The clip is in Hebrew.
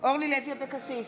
אורלי לוי אבקסיס,